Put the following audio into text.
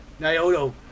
Nyoto